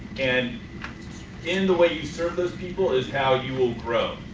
and in the way you serve those people is how you will grow.